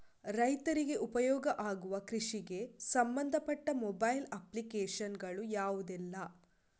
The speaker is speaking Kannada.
ರೈತರಿಗೆ ಉಪಯೋಗ ಆಗುವ ಕೃಷಿಗೆ ಸಂಬಂಧಪಟ್ಟ ಮೊಬೈಲ್ ಅಪ್ಲಿಕೇಶನ್ ಗಳು ಯಾವುದೆಲ್ಲ?